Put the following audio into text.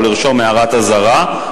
או לרשום הערת אזהרה,